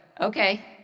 okay